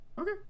Okay